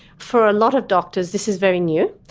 for a lot of doctors, this is very new.